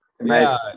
nice